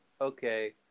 okay